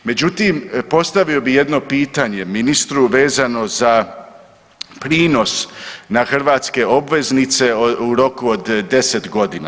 Međutim, postavio bih jedno pitanje ministru vezano za prinos na hrvatske obveznice u roku od 10 godina.